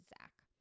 Zach